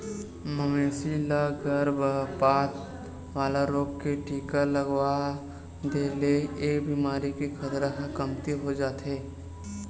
मवेशी ल गरभपात वाला रोग के टीका लगवा दे ले ए बेमारी के खतरा ह कमती हो जाथे